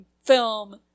film